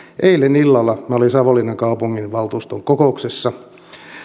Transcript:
eilen illalla minä olin savonlinnan kaupunginvaltuuston kokouksessa